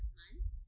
months